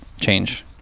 change